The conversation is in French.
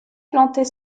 planter